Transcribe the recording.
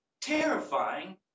Terrifying